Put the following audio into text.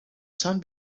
sun